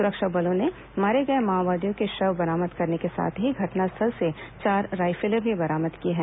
सुरक्षा बलों ने मारे गए माओवादियों के शव बरामद करने के साथ ही घटनास्थल से चार राइफलें भी बरामद की हैं